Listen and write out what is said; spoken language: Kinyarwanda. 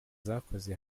zakoze